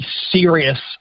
serious